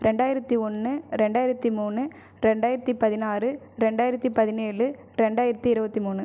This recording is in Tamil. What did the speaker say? ரெண்டாயிரத்தி ஒன்று ரெண்டாயிரத்தி மூணு ரெண்டாயிரத்தி பதினாறு ரெண்டாயிரத்தி பதினேலு ரெண்டாயிரத்தி இருபத்தி மூணு